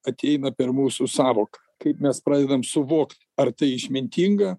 ateina per mūsų sąvoką kaip mes pradedam suvokt ar tai išmintinga